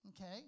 Okay